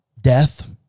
death